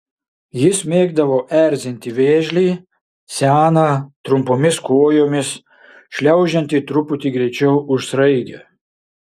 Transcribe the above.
jis mėgdavo erzinti vėžlį seną trumpomis kojomis šliaužiantį truputį greičiau už sraigę